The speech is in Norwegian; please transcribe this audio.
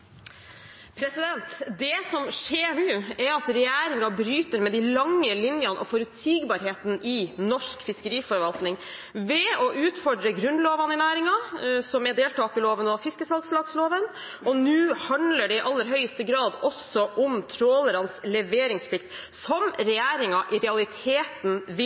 at regjeringen bryter med de lange linjene og forutsigbarheten i norsk fiskeriforvaltning ved å utfordre grunnlovene i næringen, som er deltakerloven og fiskesalgslagsloven, og nå handler det i aller høyeste grad også om trålernes leveringsplikt, som regjeringen i realiteten